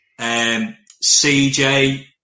CJ